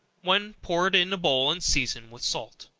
when pour it in a bowl and season with salt.